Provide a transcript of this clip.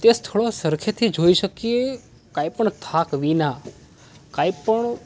તે સ્થળો સરખેથી જોઈ શકીએ કંઈપણ થાક વિના કંઈપણ